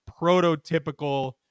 prototypical